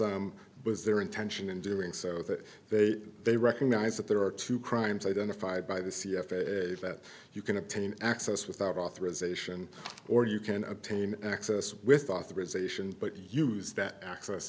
some was their intention in doing so that they they recognize that there are two crimes identified by the c f a that you can obtain access without authorization or you can obtain access with authorization but use that access